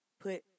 put